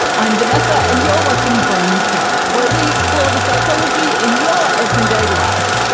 and i'm vanessa and you're watching braincraft, where we explore the psychology in your everyday life.